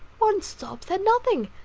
one stops at nothing.